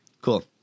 Cool